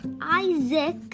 Isaac